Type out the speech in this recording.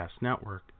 Network